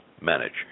manage